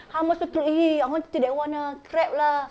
how much err per~ eh I want to take that [one] ah crab lah